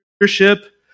leadership